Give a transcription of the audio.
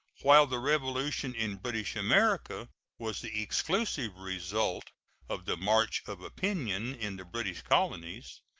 while the revolution in british america was the exclusive result of the march of opinion in the british colonies,